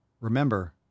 Remember